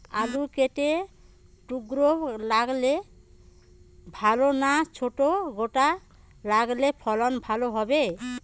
আলু কেটে টুকরো লাগালে ভাল না ছোট গোটা লাগালে ফলন ভালো হবে?